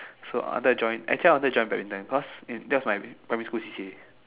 so after I join actually I wanted to join badminton because that was my primary school C_C_A